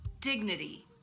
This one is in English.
dignity